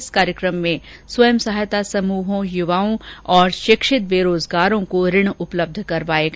इस कार्यक्रम में स्वय सहायता समूहों युवाओं और शिक्षित बेरोजगारों को ऋण उपलब्ध करवाया गया